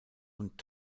und